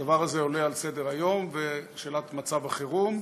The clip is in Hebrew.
הדבר הזה עולה על סדר-היום, שאלת מצב החירום,